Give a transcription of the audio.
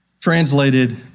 translated